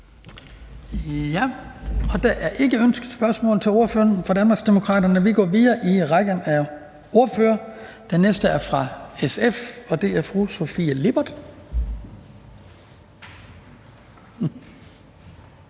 Der er ikke ønsker om spørgsmål til ordføreren for Danmarksdemokraterne. Vi går videre i rækken af ordførere. Den næste er fra SF, og det er fru Sofie Lippert.